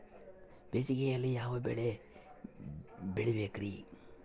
ಬೇಸಿಗೆಯಲ್ಲಿ ಯಾವ ಬೆಳೆ ಬೆಳಿಬೇಕ್ರಿ?